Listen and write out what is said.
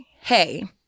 hey